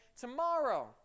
tomorrow